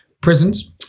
prisons